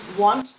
want